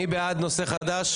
מי בעד נושא חדש?